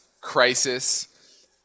crisis